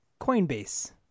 Coinbase